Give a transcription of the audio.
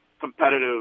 competitive